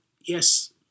yes